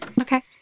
Okay